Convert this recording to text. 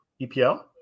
EPL